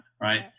right